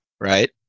right